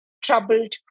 troubled